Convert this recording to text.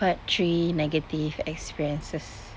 part three negative experiences